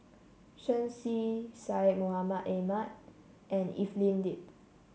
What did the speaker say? Shen Xi Syed Mohamed Ahmed and Evelyn Lip